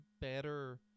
better